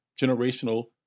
generational